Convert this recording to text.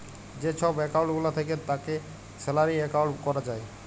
যে ছব একাউল্ট গুলা থ্যাকে তাকে স্যালারি একাউল্ট ক্যরা যায়